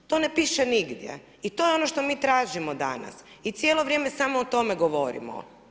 To ne piše nigdje i to je ono što mi tražimo danas i cijelo vrijeme samo o tome govorimo.